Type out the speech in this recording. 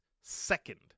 second